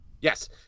Yes